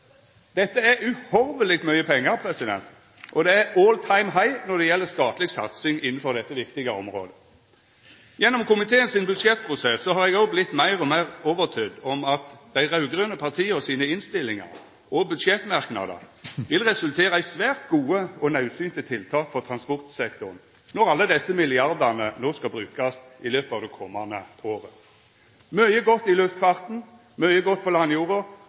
Dette er uhorveleg mykje pengar, og det er «all time high» når det gjeld statleg satsing innanfor dette viktige området. Gjennom komiteen sin budsjettprosess har eg òg vorte meir og meir overtydd om at dei raud-grøne partia sine innstillingar og budsjettmerknader vil resultera i svært gode og naudsynte tiltak for transportsektoren når alle desse milliardane no skal brukast i løpet av det komande året. Mykje godt i luftfarten, mykje godt på landjorda